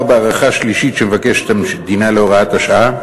בהארכה שלישית שמבקשת המדינה להוראת השעה,